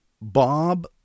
Bob